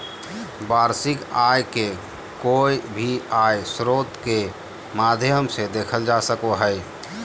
वार्षिक आय के कोय भी आय स्रोत के माध्यम से देखल जा सको हय